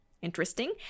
interesting